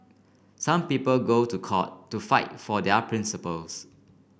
some people go to court to fight for their principles